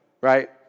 right